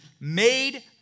made